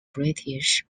british